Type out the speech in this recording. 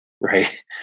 Right